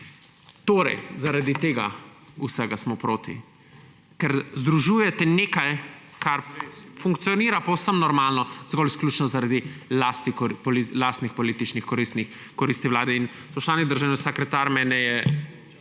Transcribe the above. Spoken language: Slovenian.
Torej, zaradi tega vsega smo proti; ker združujete nekaj, kar funkcionira povsem normalno, zgolj izključno zaradi lastnih političnih koristi vlade. Spoštovani državni sekretar, mene je